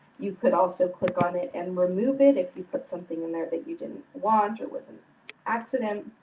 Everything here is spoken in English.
you could also click on it and remove it if you've put something in there that you didn't want or was an accident.